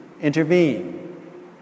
intervene